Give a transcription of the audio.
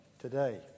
today